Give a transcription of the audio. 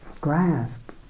grasp